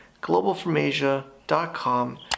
GlobalFromAsia.com